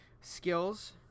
skills